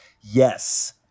Yes